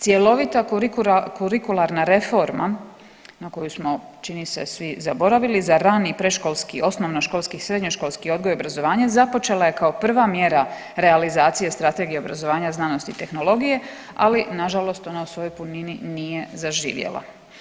Cjelovita kurikularna reforma na koju smo čini se svi zaboravili za rani i predškolski, osnovnoškolski, srednjoškolski odgoj i obrazovanje započela je kao prva mjera realizacije Strategije obrazovanja, znanosti i tehnologije ali na žalost ona u svojoj punini nije zaživjela.